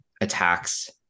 attacks